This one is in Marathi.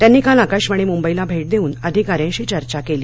त्यांनी काल आकाशवाणी मुंबईला भेट देउन अधिकाऱ्यांशी चर्चा केली